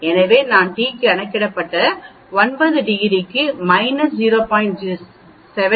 எனவே நாம் t கணக்கிடப்பட்டு 9 டிகிரிக்கு மைனஸ் 0